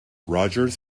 rogers